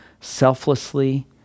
selflessly